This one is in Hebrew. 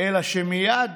אלא שמייד